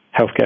healthcare